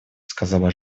сказала